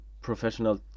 professional